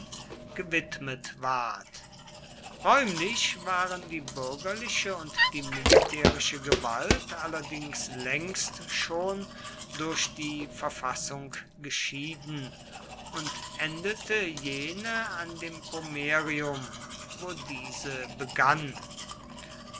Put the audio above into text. gewidmet ward räumlich waren die bürgerliche und die militärische gewalt allerdings längst schon durch die verfassung geschieden und endete jene an dem pomerium wo diese begann